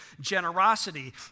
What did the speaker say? generosity